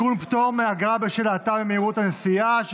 מאגרה בשל האטה במהירות הנסיעה),